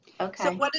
Okay